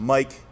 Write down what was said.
Mike